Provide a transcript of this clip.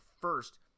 first